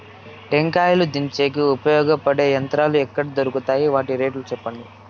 టెంకాయలు దించేకి ఉపయోగపడతాయి పడే యంత్రాలు ఎక్కడ దొరుకుతాయి? వాటి రేట్లు చెప్పండి?